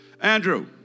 Andrew